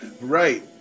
right